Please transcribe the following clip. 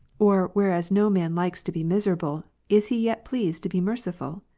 or whereas no man likes to be miserable, is he yet pleased to be merciful?